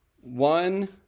one